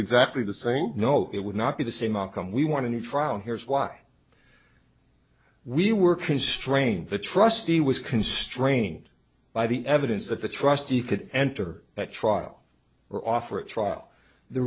exactly the same no it would not be the same outcome we want to trial here's why we were constrained the trustee was constrained by the evidence that the trustee could enter at trial or offer a trial the